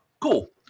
cool